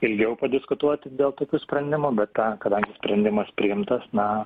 ilgiau padiskutuoti dėl tokių sprendimų bet kadangi sprendimas priimtas na